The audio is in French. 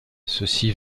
ceci